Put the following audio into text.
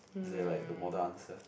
is there like the model answer